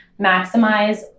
maximize